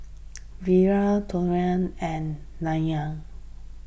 Vedre Rohit and Narayana